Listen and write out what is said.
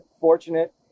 fortunate